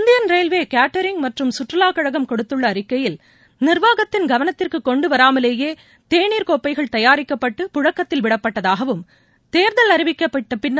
Indian railway catering மற்றும் கற்றுவாக் கழகம் கொடுத்துள்ளஅறிக்கையில் நிர்வாகத்தின் கவனத்திற்குகொண்டுவராமலேயேதேனீர் கோப்பைகள் தயாரிக்கப்பட்டு பழக்கத்தில் விடப்பட்டதாகவும் தேர்தல் அறிவிக்கப்பட்டபின்னர்